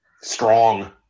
Strong